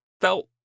felt